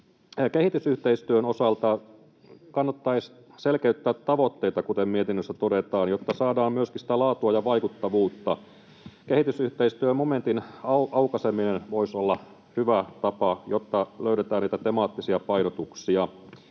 Kehitysyhteistyön osalta kannattaisi selkeyttää tavoitteita, kuten mietinnössä todetaan, jotta saadaan myöskin sitä laatua ja vaikuttavuutta. Kehitysyhteistyömomentin aukaiseminen voisi olla hyvä tapa, jotta löydetään niitä temaattisia painotuksia.